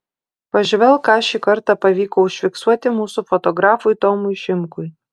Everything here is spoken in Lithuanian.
pažvelk ką šį kartą pavyko užfiksuoti mūsų fotografui tomui šimkui